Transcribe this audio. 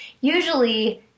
usually